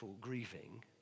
grieving